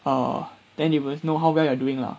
uh then you will know how where you're doing lah